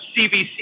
CBC